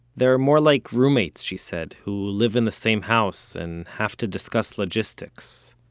they're more like roommates, she said, who live in the same house, and have to discuss logistics